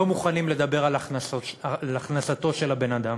לא מוכנים לדבר על הכנסתו של הבן-אדם.